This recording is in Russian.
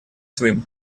своим